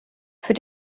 für